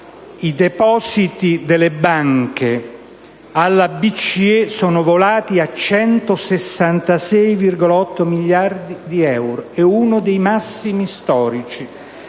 i depositi delle banche alla BCE sono volati a 166,8 miliardi di euro, uno dei massimi storici;